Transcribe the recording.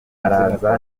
araza